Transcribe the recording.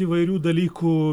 įvairių dalykų